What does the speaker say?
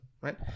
right